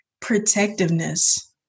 protectiveness